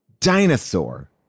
dinosaur